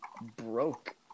broke